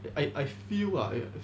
I I feel lah